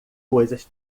coisas